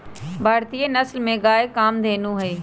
भारतीय नसल में गाय कामधेनु हई